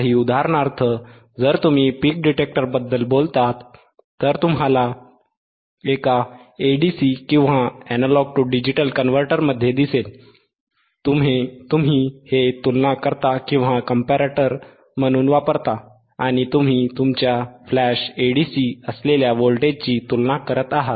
काही उदाहरणार्थ जर तुम्ही पीक डिटेक्टरबद्दल बोललात तर तुम्हाला एका ADC मध्ये दिसेल तुम्ही हे तुलनाकर्ता म्हणून वापरता आणि तुम्ही तुमच्या फ्लॅश एडीसी असलेल्या व्होल्टेजची तुलना करत आहात